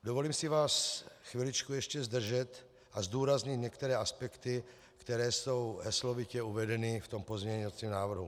Dovolím si vás chviličku ještě zdržet a zdůraznit některé aspekty, které jsou heslovitě uvedeny v pozměňovacím návrhu.